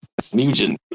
Mugen